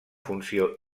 funció